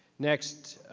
next,